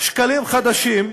שקלים חדשים,